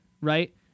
Right